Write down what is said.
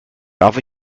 darf